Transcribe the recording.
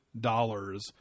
dollars